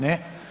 Ne.